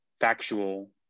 factual